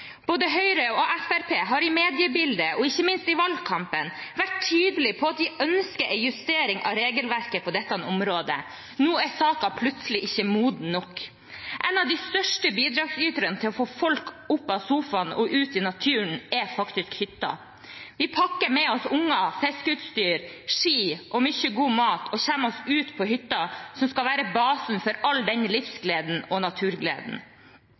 Både Høyre og Fremskrittspartiet har i mediebildet, og ikke minst i valgkampen, vært tydelige på at de ønsker en justering av regelverket på dette området. Nå er saken plutselig ikke moden nok. En av de største bidragsyterne til å få folk opp av sofaen og ut i naturen er faktisk hytta. Vi pakker med oss barn, fiskeutstyr, ski og mye god mat og kommer oss ut på hytta, som skal være basen for all denne livsgleden og naturgleden.